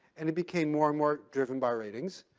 and it became more and more driven by ratings.